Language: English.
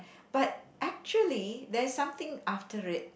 but actually there's something after it